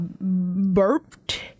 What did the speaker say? burped